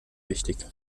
wichtig